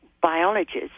biologists